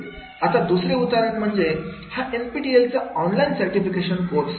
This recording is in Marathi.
आता दुसरे उदाहरण म्हणजे हा एनपीटीईएल ऑनलाइन सर्टिफिकेशन कोर्स